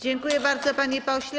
Dziękuję bardzo, panie pośle.